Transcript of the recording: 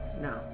No